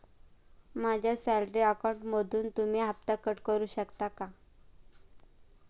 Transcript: माझ्या सॅलरी अकाउंटमधून तुम्ही हफ्ता कट करू शकता का?